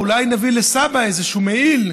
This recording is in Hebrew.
אולי נביא לסבא איזשהו מעיל,